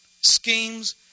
schemes